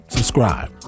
Subscribe